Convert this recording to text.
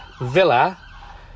Villa